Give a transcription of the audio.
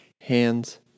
Hands